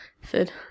Food